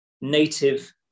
native